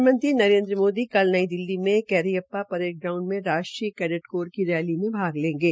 प्रधानमंत्री नरेन्द्र मोदी कल नई दिल्ली में कैरिअप्पा परेड ग्राउंड के राष्ट्रीय कैडेट कोर की रैली में भाग लेंगे